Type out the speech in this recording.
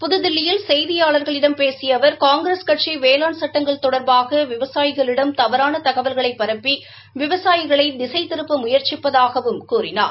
புத்தில்லியில் செய்தியாளர்களிடம் பேசிய அவர் காங்கிரஸ் கட்சி வேளாண் சட்டங்கள் தொடர்பாக விவசாயிகளிடம் தவறான தகவல்களை பரப்பி விவசாயிகளை திசைதிருப்ப முயற்சிப்பதாகவும் கூறினார்